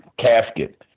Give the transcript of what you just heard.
casket